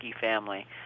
family